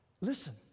Listen